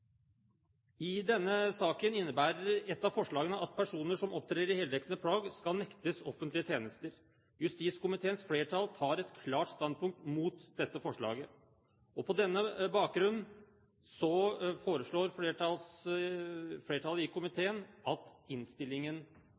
I denne saken innebærer et av forslagene at personer som opptrer i heldekkende plagg, skal nektes offentlige tjenester. Justiskomiteens flertall tar et klart standpunkt mot dette forslaget. På denne bakgrunn foreslår flertallet i komiteen at innstillingen